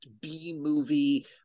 B-movie